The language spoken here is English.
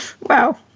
Wow